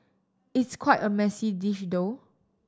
it's quite a messy dish though